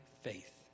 faith